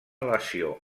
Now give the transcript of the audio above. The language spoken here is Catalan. lesió